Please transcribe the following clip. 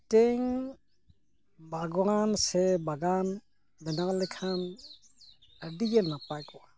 ᱢᱤᱫᱴᱮᱱ ᱵᱟᱜᱣᱟᱱ ᱥᱮ ᱵᱟᱜᱟᱱ ᱵᱮᱱᱟᱣ ᱞᱮᱠᱷᱟᱱ ᱟᱹᱰᱤᱜᱮ ᱱᱟᱯᱟᱭ ᱠᱚᱜᱼᱟ